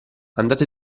andate